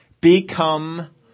become